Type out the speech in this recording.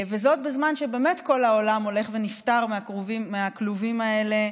בזמן שבאמת כל העולם הולך ונפטר מהכלובים האלה,